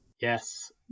Yes